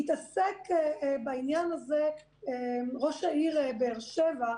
התעסק בעניין הזה ראש העיר באר שבע,